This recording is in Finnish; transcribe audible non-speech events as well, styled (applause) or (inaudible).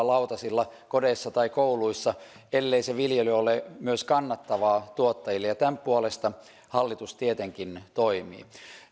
(unintelligible) lautasilla kodeissa tai kouluissa ellei se viljely ole myös kannattavaa tuottajille ja tämän puolesta hallitus tietenkin toimii